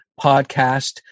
podcast